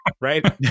right